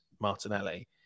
Martinelli